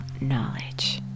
knowledge